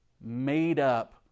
made-up